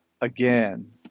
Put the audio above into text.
again